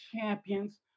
champions